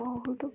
ବହୁତ